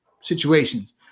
situations